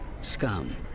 Scum